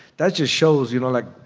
that just shows, you know, like,